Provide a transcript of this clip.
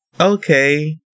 okay